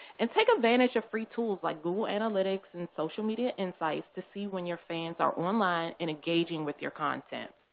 and take advantage of free tools like google analytics and social media insights to see when your fans are online and engaging with your content.